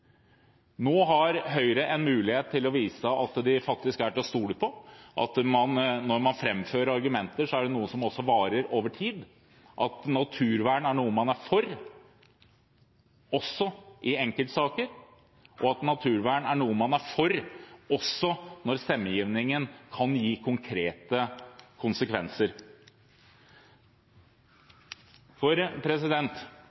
Nå har Høyre en mulighet til å vise at de faktisk er til å stole på, at når man framfører argumenter, er det noe som også varer over tid, at naturvern er noe man er for også i enkeltsaker, og at naturvern er noe man er for også når stemmegivningen kan gi konkrete